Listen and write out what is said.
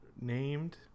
named